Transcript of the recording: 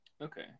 Okay